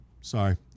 Sorry